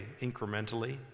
incrementally